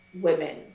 women